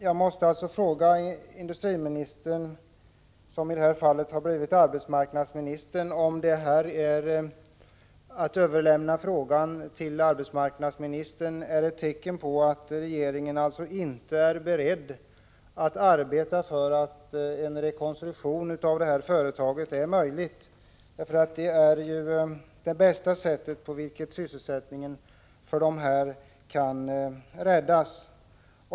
Jag måste fråga: Är överlämnandet av frågan till arbetsmarknadsministern ett tecken på att regeringen inte är beredd att arbeta för att en rekonstruktion av företaget blir möjlig? Det är det bästa sättet på vilket sysselsättningen för de anställda kan räddas.